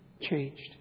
changed